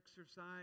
exercise